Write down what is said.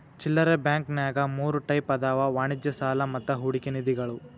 ಚಿಲ್ಲರೆ ಬಾಂಕಂನ್ಯಾಗ ಮೂರ್ ಟೈಪ್ ಅದಾವ ವಾಣಿಜ್ಯ ಸಾಲಾ ಮತ್ತ ಹೂಡಿಕೆ ನಿಧಿಗಳು